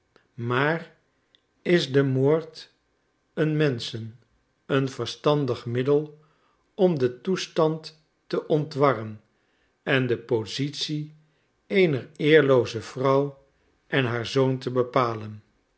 maar is de moord eens menschen een verstandig middel om den toestand te ontwarren en de positie eener eerlooze vrouw en haar zoon te bepalen